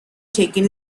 taken